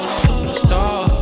superstar